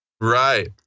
Right